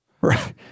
Right